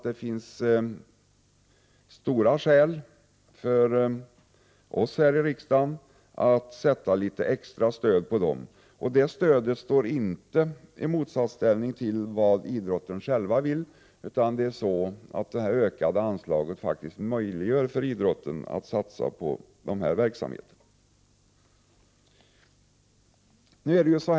Det finns stor anledning för oss här i riksdagen att anslå extra medel till dessa föreningar. Ett sådant stöd står inte i motsatsställning till vad man inom idrottsrörelsen själv vill, utan det ökade anslaget gör det möjligt för idrottsrörelsen att satsa på sådan verksamhet.